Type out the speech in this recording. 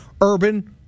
Urban